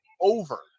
Over